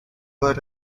were